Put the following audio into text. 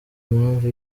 mpamvu